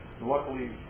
luckily